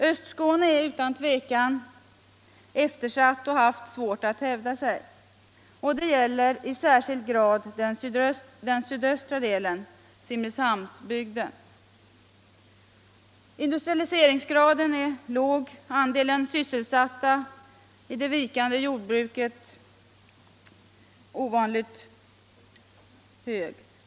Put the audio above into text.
Östskåne är utan tvivel eftersatt och har haft svårt att hävda sig. Detta gäller i särskild grad den sydöstra delen, Simrishamnsbygden. Industrialiseringsgraden är låg, andelen sysselsatta i det vikande jordbruket ovanligt hög.